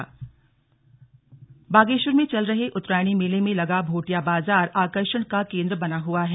slug Bhotia बाजार बागेश्वर में चल रहे उत्तरायणी मेले में लगा भोटिया बाजार आकर्षण का केंद्र बना हुआ है